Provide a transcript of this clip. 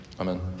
Amen